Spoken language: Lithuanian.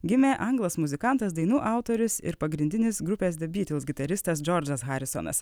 gimė anglas muzikantas dainų autorius ir pagrindinis grupės da bytls gitaristas džordžas harisonas